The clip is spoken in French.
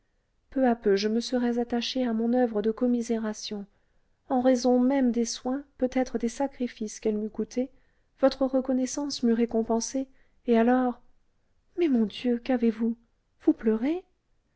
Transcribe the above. peu à peu je me serais attachée à mon oeuvre de commisération en raison même des soins peut-être des sacrifices qu'elle m'eût coûtés votre reconnaissance m'eût récompensée et alors mais mon dieu qu'avez-vous vous pleurez